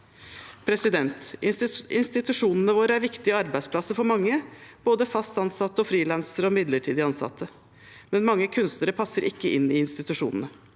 nedbemanne. Institusjonene våre er viktige arbeidsplasser for mange, både fast ansatte, frilansere og midlertidig ansatte, men mange kunstnere passer ikke inn i institusjonene.